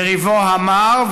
יריבו המר,